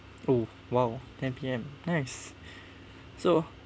oh !wow! ten P_M nice so